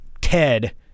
Ted